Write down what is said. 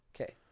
Okay